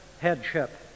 headship